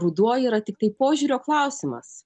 ruduo yra tiktai požiūrio klausimas